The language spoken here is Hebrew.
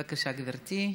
בבקשה, גברתי.